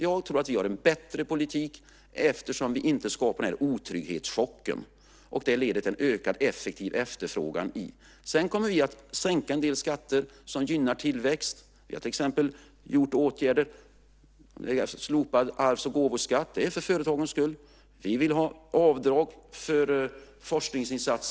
Jag tror att vi har en bättre politik eftersom vi inte skapar denna otrygghetschock. Vår politik leder till en ökad effektiv efterfrågan. Sedan kommer vi att sänka en del skatter som gynnar tillväxt. Vi har till exempel slopat arvs och gåvoskatten. Det har vi gjort för företagens skull.